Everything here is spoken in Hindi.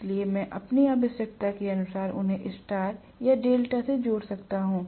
इसलिए मैं अपनी आवश्यकता के अनुसार उन्हें स्टार या डेल्टा से जोड़ सकता हूं